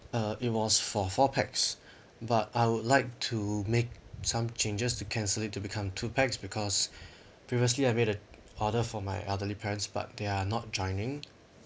uh it was for four pax but I would like to make some changes to cancel it to become two pax because previously I made a order for my elderly parents but they are not joining